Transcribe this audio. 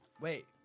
Wait